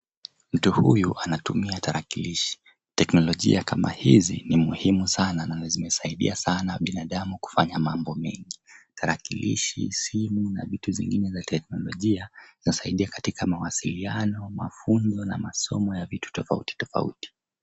Mtu huyu anatumia tarakilishi. Teknolojia kama hizi ni muhimu sana na zimesaidia sana binadamu kufanya mambo mengi. Tarakilishi simu na vitu zingine za teknolojia zasaidia katika mawasiliano, mafunzo na masomo ya vitu tofautitofauti.